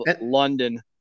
London